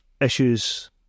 Issues